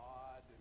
odd